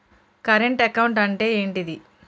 Current account అంటే ఏంటిది?